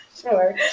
Sure